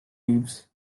leaves